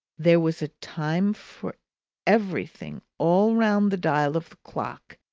there was a time for everything all round the dial of the clock,